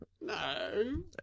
No